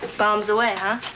bomb's away, huh!